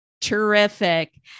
Terrific